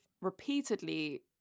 repeatedly